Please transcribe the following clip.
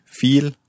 viel